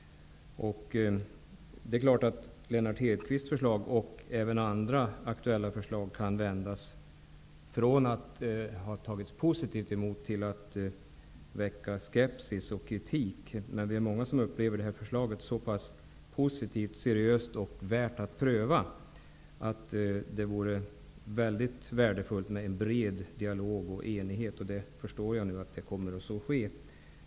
Lennart Hedquists förslag och även andra aktuella förslag kan vändas från att ha tagits emot positivt till att väcka skepsis och kritik. Många upplever förslaget som så positivt, seriöst och väl värt att pröva att det vore väldigt värdefullt med en bred dialog och enighet. Jag förstår att så nu kommer att ske.